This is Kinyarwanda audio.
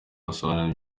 yasobanuye